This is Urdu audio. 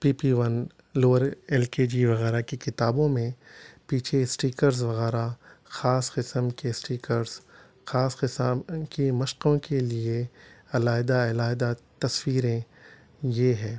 پی P one lower L K G وغیرہ کی کتابوں میں پیچھے اسٹیکرز وغیرہ خاص قسم کے اسٹیکرس خاص قسم کی مشقوں کے لیے علیحدہ علیحدہ تصویریں یہ ہے